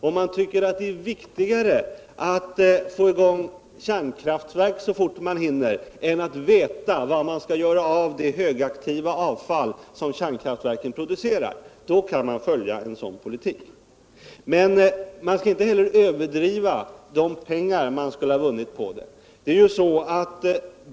om man tycker det är viktigare att få i gång kärnkraftverk så fort man hinner än att veta vad man skall göra av det högaktiva avfall som kärnkraftverken producerar. då kan man följa en sådan politik. Man skall inte heller överdriva när det gäller hur mycket pengar man skulle ha vunnit på det.